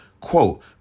quote